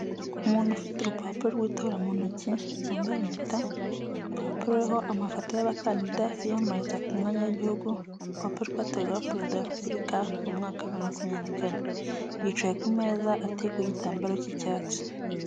Umuntu ufite urupapuro rw'itora mu ntoki, wambaye impeta, urupapuroho amafoto y'abakandida biyamamariza ku mwanya w'igihugu, urupapuro rwatangaga perezida wa repubulika mu mwaka bibiri na makumyabiri na kane, yicaye ku meza ateguyeho igitambaro k'icyatsi.